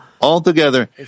altogether